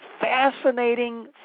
fascinating